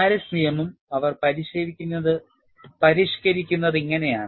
Paris നിയമം അവർ പരിഷ്ക്കരിക്കുന്നത് ഇങ്ങനെയാണ്